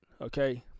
Okay